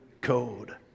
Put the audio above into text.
code